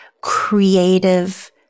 creative